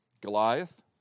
Goliath